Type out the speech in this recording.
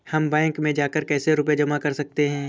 हम बैंक में जाकर कैसे रुपया जमा कर सकते हैं?